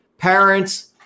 Parents